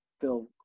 feel